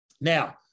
Now